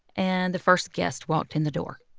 and the first guest walked in the door.